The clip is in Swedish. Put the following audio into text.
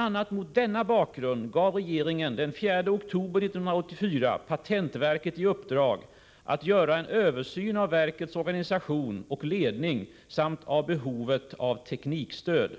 a. mot denna bakgrund gav regeringen den 4 oktober 1984 patentverket i uppdrag att göra en översyn av verkets organisation och ledning samt av behovet av teknikstöd.